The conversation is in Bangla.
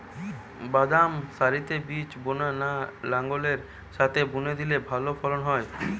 বাদাম সারিতে বীজ বোনা না লাঙ্গলের সাথে বুনে দিলে ভালো ফলন হয়?